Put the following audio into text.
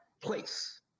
place